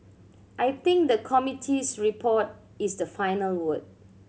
I think the committee's report is the final word